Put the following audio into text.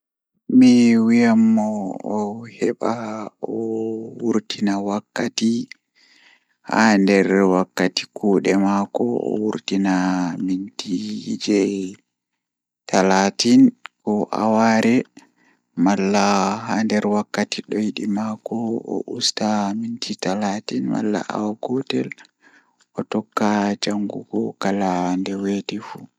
Mi wiyan mo o heɓa owurtina wakkati haa nder wakkati kuuɗe maako obwirtina mintiije talatin malla aware malla haa nder wakkati doiɗi maako o usta minti talatin malla awa gotel o tokka jangifo kala nde weeti fuu.